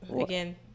again